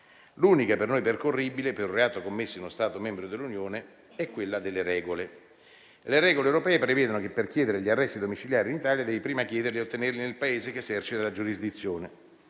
L'unica per noi percorribile per un reato commesso in uno Stato membro dell'Unione è quella delle regole. Le regole europee prevedono che per chiedere gli arresti domiciliari in Italia devi prima chiederli ed ottenerli nel Paese che esercita la giurisdizione.